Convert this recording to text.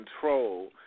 control